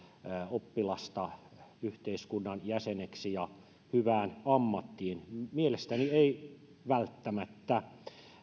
oppilasta yhteiskunnan jäseneksi ja hyvään ammattiin mielestäni ei välttämättä